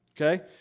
Okay